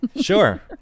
Sure